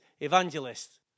evangelists